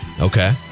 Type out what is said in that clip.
Okay